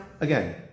again